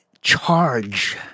charge